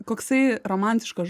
koksai romantiškas